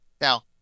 Now